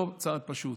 לא צעד פשוט,